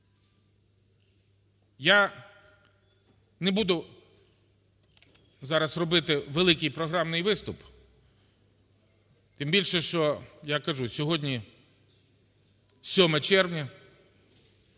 Я не буду зараз робити великий програмний виступ. Тим більше, що, я кажу, сьогодні - 7 червня,